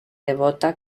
devota